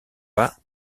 pas